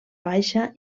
baixa